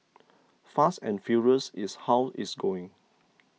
fast and furious is how it's going